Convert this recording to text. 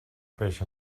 peix